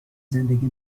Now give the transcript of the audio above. زندگی